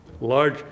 Large